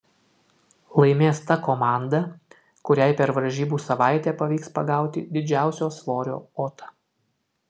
laimės ta komanda kuriai per varžybų savaitę pavyks pagauti didžiausio svorio otą